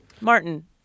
Martin